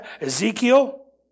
Ezekiel